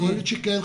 יכול להיות שכן,